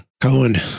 cohen